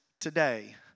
today